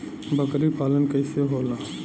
बकरी पालन कैसे होला?